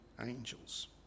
angels